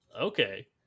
Okay